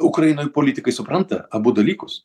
ukrainoj politikai supranta abu dalykus